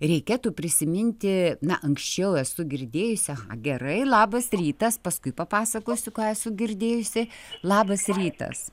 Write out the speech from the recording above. reikėtų prisiminti na anksčiau esu girdėjusi aha gerai labas rytas paskui papasakosiu ką esu girdėjusi labas rytas